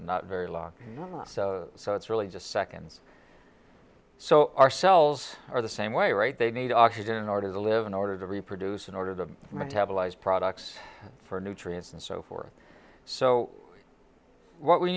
not very long so it's really just seconds so our cells are the same way right they need oxygen in order to live in order to reproduce in order to metabolize products for nutrients and so forth so what we